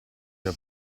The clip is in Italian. era